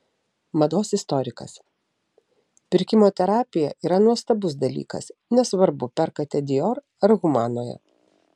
mados istorikas pirkimo terapija yra nuostabus dalykas nesvarbu perkate dior ar humanoje